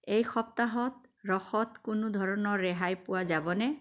এই সপ্তাহত ৰসত কোনো ধৰণৰ ৰেহাই পোৱা যাবনে